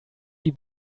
die